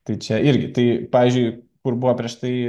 tai čia irgi tai pavyzdžiui kur buvo prieš tai